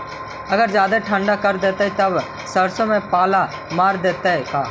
अगर जादे ठंडा कर देतै तब सरसों में पाला मार देतै का?